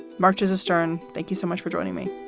marches of stern thank you so much for joining me.